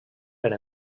per